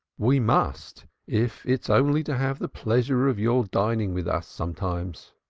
we must, if it's only to have the pleasure of your dining with us sometimes.